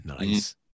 Nice